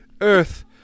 Earth